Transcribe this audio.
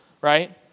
right